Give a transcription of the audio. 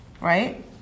right